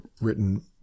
written